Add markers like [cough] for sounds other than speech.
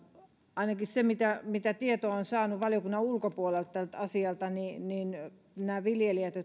ainakin mitä mitä tietoa on saanut valiokunnan ulkopuolelta tästä asiasta niin näillä viljelijöillä [unintelligible]